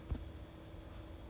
oh